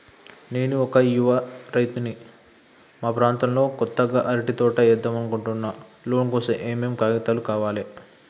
నేను ఒక యువ రైతుని మా ప్రాంతంలో కొత్తగా అరటి తోట ఏద్దం అనుకుంటున్నా లోన్ కోసం ఏం ఏం కాగితాలు కావాలే?